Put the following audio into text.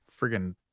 friggin